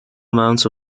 amounts